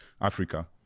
Africa